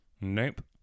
Nope